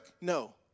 No